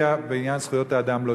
והולכת להיות טרגדיה בעניין זכויות האדם.